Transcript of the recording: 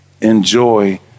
enjoy